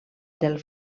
del